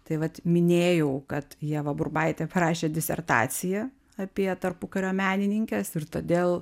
tai vat minėjau kad ieva burbaitė parašė disertaciją apie tarpukario menininkes ir todėl